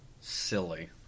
silly